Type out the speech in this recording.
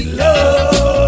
love